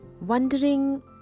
Wondering